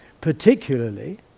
particularly